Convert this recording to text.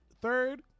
third